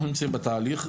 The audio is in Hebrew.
אנחנו נמצאים בתהליך.